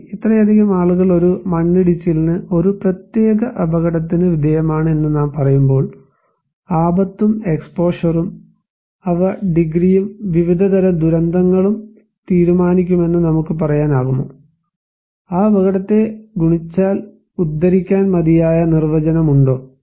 ശരി ഇത്രയധികം ആളുകൾ ഒരു മണ്ണിടിച്ചിലിന് ഒരു പ്രത്യേക അപകടത്തിന് വിധേയമാണ് എന്ന് നാം പറയുമ്പോൾ ആപത്തും എക്സ്പോഷറും അവ ഡിഗ്രിയും വിവിധതരം ദുരന്തങ്ങളും തീരുമാനിക്കുമെന്ന് നമുക്ക് പറയാനാകുമോ ആ അപകടത്തെ ഗുണിച്ചാൽ ഉദ്ധരിക്കാൻ മതിയായ നിർവചനം ഉണ്ടോ